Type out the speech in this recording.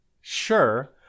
sure